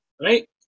right